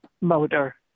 motor